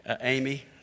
Amy